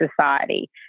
society